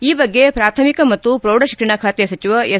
ಈ ಬಗ್ಗೆ ಪ್ರಾಥಮಿಕ ಮತ್ತು ಪ್ರೌಢಶಿಕ್ಷಣ ಖಾತೆ ಸಚಿವ ಎಸ್